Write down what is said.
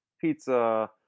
pizza